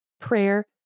Prayer